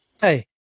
hey